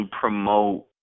promote